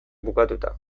bukatuta